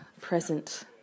present